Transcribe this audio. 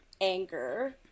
anger